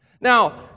Now